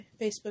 Facebook